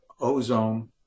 ozone